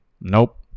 nope